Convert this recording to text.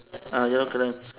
ah yellow colour